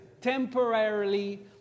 temporarily